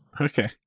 Okay